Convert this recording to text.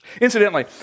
Incidentally